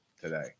today